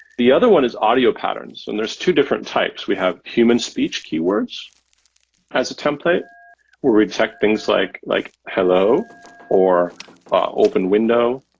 the other one is audio patterns, and there's two different types. we have human speech keywords as a template where we detect things like like hello or open window,